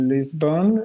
Lisbon